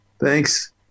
Thanks